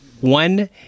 one